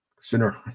sooner